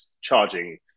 charging